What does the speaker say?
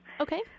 Okay